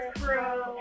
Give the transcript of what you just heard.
Crow